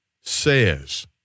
says